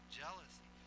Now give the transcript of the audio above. jealousy